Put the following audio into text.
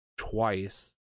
twice